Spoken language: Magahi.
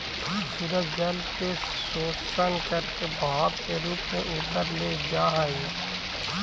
सूरज जल के शोषण करके भाप के रूप में ऊपर ले जा हई